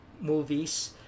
movies